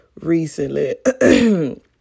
recently